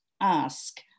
ask